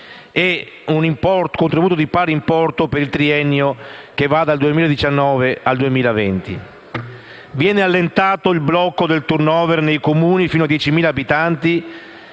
e un contributo di pari importo per il biennio che va dal 2019 al 2020. Viene allentato il blocco del *turnover* nei Comuni fino a 10.000 abitanti